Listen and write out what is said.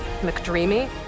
McDreamy